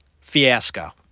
Fiasco